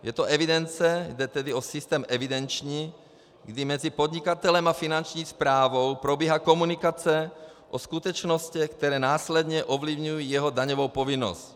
Je to evidence, jde tedy o systém evidenční, kdy mezi podnikatelem a Finanční správou probíhá komunikace o skutečnostech, které následně ovlivňují jeho daňovou povinnost.